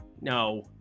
no